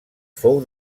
fou